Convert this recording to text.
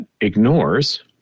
ignores